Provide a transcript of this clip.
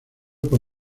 por